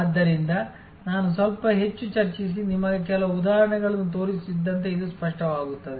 ಆದ್ದರಿಂದ ನಾನು ಸ್ವಲ್ಪ ಹೆಚ್ಚು ಚರ್ಚಿಸಿ ನಿಮಗೆ ಕೆಲವು ಉದಾಹರಣೆಗಳನ್ನು ತೋರಿಸುತ್ತಿದ್ದಂತೆ ಇದು ಸ್ಪಷ್ಟವಾಗುತ್ತದೆ